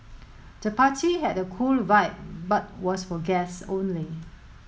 the party had a cool vibe but was for guests only